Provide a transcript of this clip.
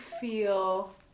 feel